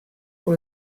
pour